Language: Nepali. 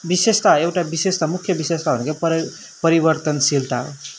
विशेषता एउटा विशेषता मुख्य विशेषता भनेको परि परिवर्तनशीलता हो